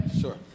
Sure